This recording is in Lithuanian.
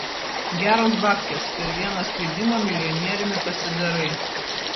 geros babkės per vieną skridimą milijonieriumi pasidarai